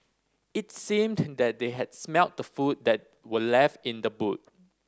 it seemed that they had smelt the food that were left in the boot